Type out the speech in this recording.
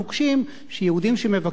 שיהודים שמבקרים בהר-הבית,